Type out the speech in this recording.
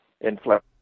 inflation